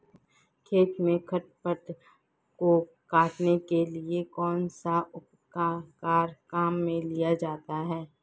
खेत में खरपतवार को काटने के लिए कौनसा उपकरण काम में लिया जाता है?